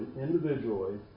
individually